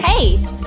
Hey